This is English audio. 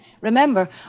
Remember